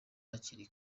hakiri